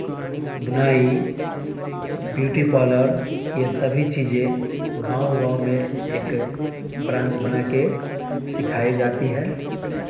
बुनाई beauty parlour यह सभी चीज़ें गाँव गाँव में एक ब्रांच बनाकर सिखाई जाती हैं